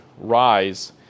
rise